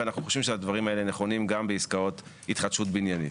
אנחנו חושבים שהדברים האלה נכונים גם בעסקאות התחדשות בניינית.